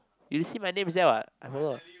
you see my name is there what I follow her